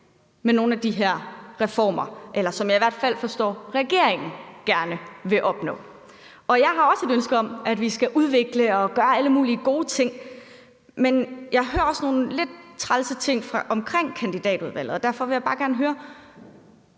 med nogle af de her reformer, som jeg i hvert fald forstår at regeringen gerne vil opnå. Jeg har også et ønske om, at vi skal udvikle og gøre alle mulige gode ting. Men jeg hører også nogle lidt trælse ting omkring kandidatudvalget, og derfor vil jeg bare gerne høre: